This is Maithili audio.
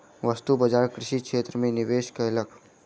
वस्तु बजार कृषि क्षेत्र में निवेश कयलक